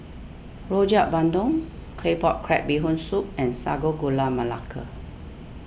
Rojak Bandung Claypot Crab Bee Hoon Soup and Sago Gula Melaka